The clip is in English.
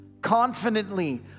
confidently